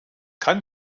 kann